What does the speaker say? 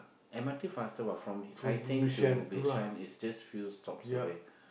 M_R_T faster what from Tai Seng to Bishan is just few stops away